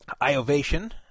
iOvation